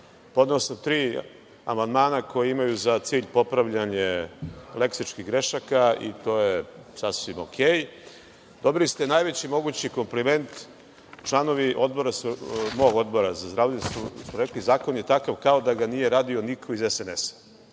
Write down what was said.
zakon. Podneo sam tri amandmana koji imaju za cilj popravljanje leksičkih grešaka i to je sasvim okej. Dobili ste najveći mogući kompliment, članovi mog Odbora za zdravlje su rekli – zakon je takav kao da ga nije radio niko iz SNS.